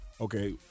Okay